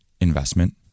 investment